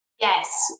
Yes